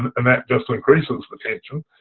and that just increases the tension.